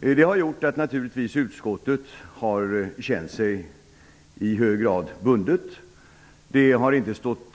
Detta har gjort att utskottet naturligtvis har känt sig i hög grad bundet. Det har inte stått